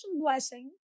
Blessing